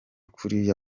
kuriya